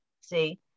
see